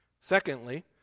secondly